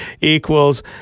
equals